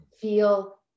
feel